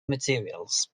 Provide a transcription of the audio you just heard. materials